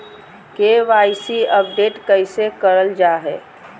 KYC update कैसे करल जाहै?